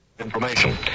information